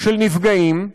של נפגעים,